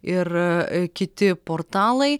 ir kiti portalai